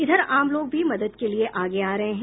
इधर आम लोग भी मदद के लिए आगे आ रहे हैं